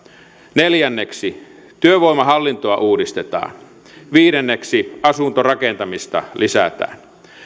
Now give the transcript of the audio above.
neljänneksi työvoimahallintoa uudistetaan viidenneksi asuntorakentamista lisätään